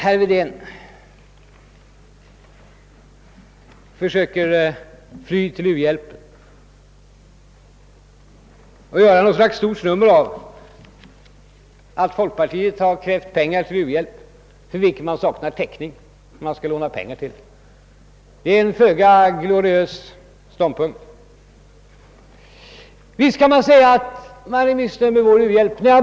Herr Wedén försöker fly till u-hjälpen och gör ett stort nummer av att folkpartiet har krävt pengar för uhjälp, d. v. s. utgifter för vilka man saknar täckning. Det är en föga gloriös ståndpunkt. Visst kan man säga att man är missnöjd med vår u-hjälp.